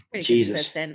Jesus